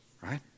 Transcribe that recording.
right